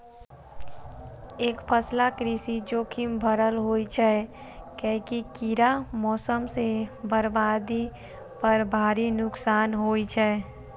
एकफसला कृषि जोखिम भरल होइ छै, कियैकि कीड़ा, मौसम सं बर्बादी पर भारी नुकसान होइ छै